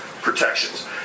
Protections